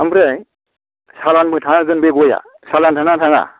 आमफ्राय चालानबो थाखागोन बे गया चालान थांना थाङा